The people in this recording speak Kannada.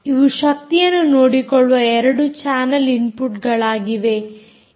ಇವು ಶಕ್ತಿಯನ್ನು ನೋಡಿಕೊಳ್ಳುವ 2 ಚಾನಲ್ ಇನ್ಪುಟ್ಗಳಾಗಿವೆ